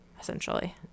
essentially